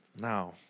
Now